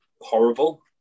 horrible